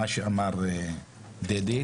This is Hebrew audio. מה שאמר דדי,